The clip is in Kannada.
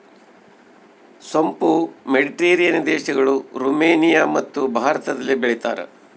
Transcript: ಸೋಂಪು ಮೆಡಿಟೇರಿಯನ್ ದೇಶಗಳು, ರುಮೇನಿಯಮತ್ತು ಭಾರತದಲ್ಲಿ ಬೆಳೀತಾರ